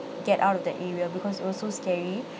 get out of that area because it was so scary